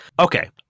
Okay